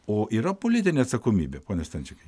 o yra politinė atsakomybė pone stančikai